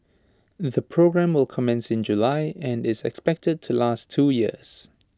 the programme will commence in July and is expected to last two years